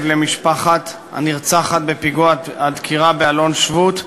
למשפחת הנרצחת בפיגוע הדקירה באלון-שבות,